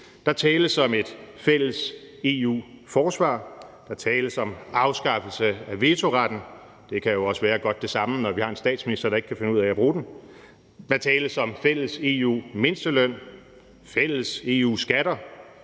Der tales om et fælles EU-forsvar, der tales om afskaffelse af vetoretten – det kan også være godt det samme, når vi har en statsminister, der ikke kan finde ud af at bruge den – der tales om fælles EU-mindsteløn, fælles EU-skatter,